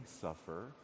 suffer